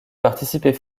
participer